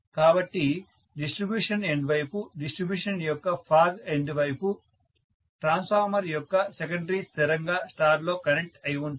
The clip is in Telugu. కాబట్టి డిస్ట్రిబ్యూషన్ ఎండ్ వైపు డిస్ట్రిబ్యూషన్ యొక్క ఫాగ్ ఎండ్ వైపు ట్రాన్స్ఫార్మర్ యొక్క సెకండరీ స్థిరంగా స్టార్ లో కనెక్ట్ అయి ఉంటుంది